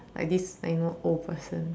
like this like you know old person